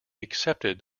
accepted